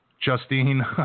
Justine